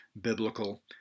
biblical